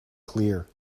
clear